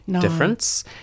difference